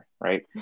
right